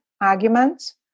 arguments